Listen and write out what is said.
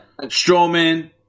Strowman